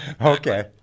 Okay